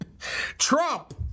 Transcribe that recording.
Trump